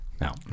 Now